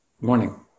morning